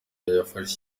yafashe